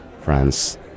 France